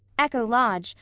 echo lodge,